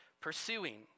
pursuing